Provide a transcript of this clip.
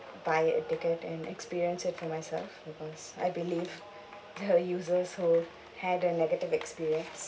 buy a ticket and experience it for myself because I believe the users who had a negative experience